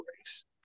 race